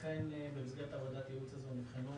לכן במסגרת עבודת הייעוץ נבחנו